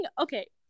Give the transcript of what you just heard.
Okay